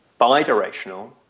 bidirectional